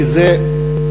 כי זה חשוב,